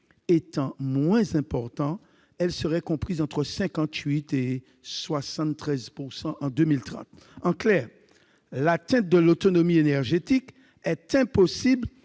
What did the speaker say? étant moins importants, cette part serait comprise entre 58 % et 73 % en 2030. En clair, atteindre l'autonomie énergétique est impossible,